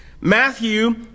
Matthew